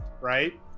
Right